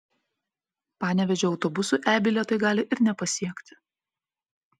panevėžio autobusų e bilietai gali ir nepasiekti